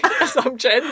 assumption